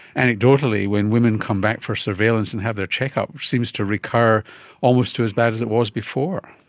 anecdotally, when women come back for surveillance and have their check-up seems to recur almost to as bad as it was before.